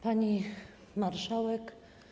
Pani Marszałek!